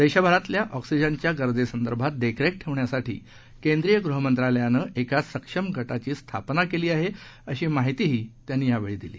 देशभरातल्या ऑक्सिजनच्या गरजेसंदर्भात देखरेख ठेवण्यासाठी केंद्रीय गृहमंत्रालयानं एका सक्षम गटाची स्थापना केली आहे अशी माहितीही त्यांनी यावेळी दिली